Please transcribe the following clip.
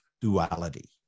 duality